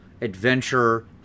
adventure